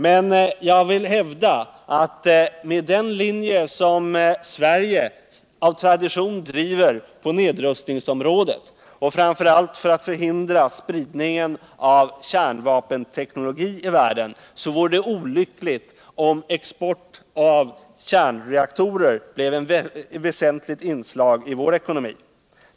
Men jag vill hävda att med den linje som Sverige av tradition driver på nedrustningsområdet, framför allt för att hindra spridning av kärnvapenteknologi i världen, vore det olyckligt om export av kärnreaktorer blev ett väsentligt inslag i vår ekonomi.